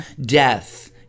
Death